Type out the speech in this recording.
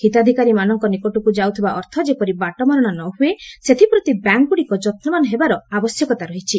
ହିତାଧିକାରୀମାନଙ୍କ ନିକଟକୁ ଯାଉଥିବା ଅର୍ଥ ଯେପରି ବାଟମାରଣା ନହୁଏ ସେଥିପ୍ରତି ବ୍ୟାଙ୍କଗୁଡ଼ିକ ଯତ୍କବାନ୍ ହେବାର ଆବଶ୍ୟକତା ରହିଛି